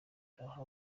naho